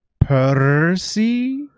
percy